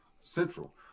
central